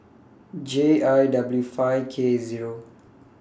J I W five K Zero